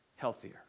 healthier